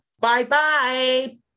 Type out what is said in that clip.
Bye-bye